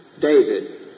David